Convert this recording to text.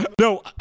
No